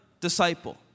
disciple